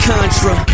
Contra